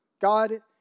God